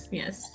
yes